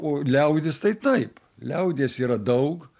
o liaudis tai taip liaudies yra daug